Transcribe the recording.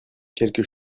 quelques